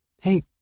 hey